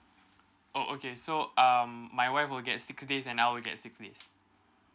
oh okay so um my wife will get six days and I'll get six days